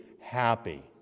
happy